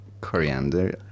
coriander